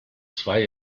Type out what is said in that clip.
zwei